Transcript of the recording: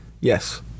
yes